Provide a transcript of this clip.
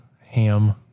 ham